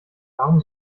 warum